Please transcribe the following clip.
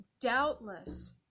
doubtless